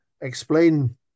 explain